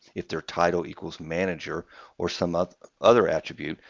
if their title equals manager or some other other attribute,